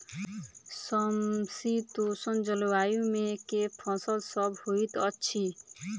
समशीतोष्ण जलवायु मे केँ फसल सब होइत अछि?